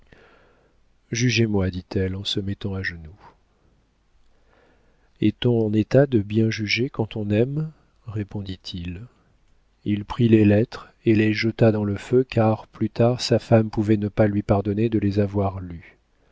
jugez-moi dit-elle en se mettant à genoux est-on en état de bien juger quand on aime répondit-il il prit les lettres et les jeta dans le feu car plus tard sa femme pouvait ne pas lui pardonner de les avoir lues